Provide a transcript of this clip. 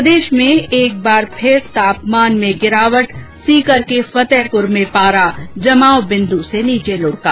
प्रदेश में एक बार फिर तापमान में गिरावट सीकर के फतेहपुर में पारा जमाव बिन्दू से नीचे लूढ़का